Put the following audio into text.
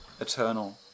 eternal